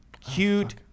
cute